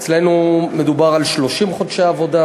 אצלנו מדובר על 30 חודשי עבודה,